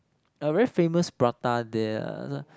a very famous prata there eh